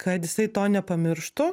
kad jisai to nepamirštų